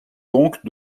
donc